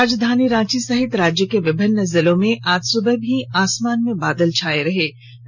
राजधानी रांची सहित राज्य के विभिन्न जिलों में आज सुबह भी आसमान में बादल छाये रहे थे